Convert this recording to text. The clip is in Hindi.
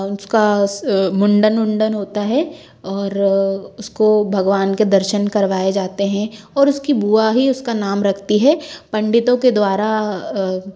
उसका मुंडन उंडन होता है और उसको भगवान के दर्शन करवाए जाते हैं और उसकी बुआ ही उसका नाम रखती है पंडितों के द्वारा